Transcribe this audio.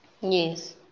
Yes